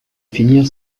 finir